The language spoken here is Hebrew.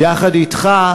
יחד אתך,